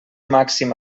màxim